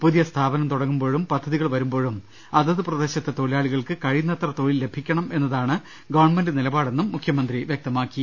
പുതിയ സ്ഥാപനം തുടങ്ങുമ്പോഴും പദ്ധ തികൾ വരുമ്പോഴും അതത് പ്രദേശത്തെ തൊഴിലാളികൾക്ക് കഴിയുന്നത്ര തൊഴിൽ ലഭിക്കണം എന്നതാണ് ഗവൺമെന്റ് നിലപാടെന്നും അദ്ദേഹം വ്യക്തമാക്കി